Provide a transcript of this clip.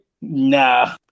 Nah